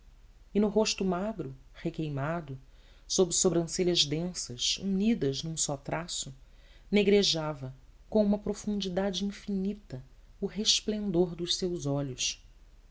e no rosto magro requeimado sobre sobrancelhas densas unidas num só traço negrejava com uma profundidade infinita o resplendor dos seus olhos